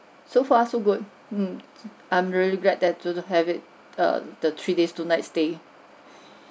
so far so good um I'm really glad that to have it err the three days two nights stay